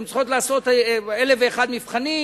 הן צריכות לעשות אלף-ואחד מבחנים